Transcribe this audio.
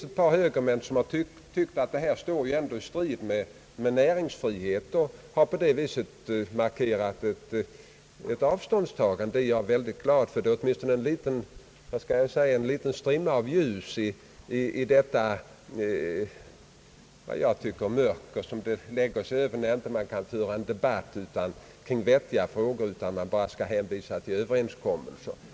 Ett par högermän har tyckt att det står i strid med näringsfriheten och har på det sättet markerat ett avståndstagande. Det är jag väldigt glad för. Det är åtminstone en liten strimma av ljus i det mörker som breder ut sig, när man inte kan föra en debatt kring vettiga frågor utan bara hänvisar till överenskommelser.